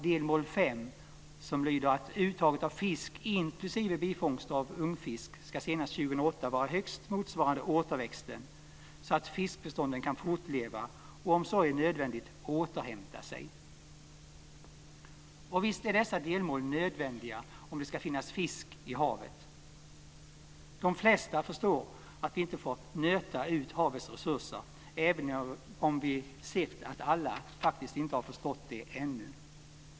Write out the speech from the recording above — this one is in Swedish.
Delmål 5 lyder: "Uttaget av fisk, inklusive bifångster av ungfisk skall senast år 2008 vara högst motsvarande återväxten, så att fiskbestånden kan fortleva och, om så är nödvändigt, återhämta sig." Och visst är dessa delmål nödvändiga om det ska finnas fisk i havet. De flesta förstår att vi inte får "nöta ut" havets resurser, även om vi sett att alla inte begripit det ännu.